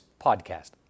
Podcast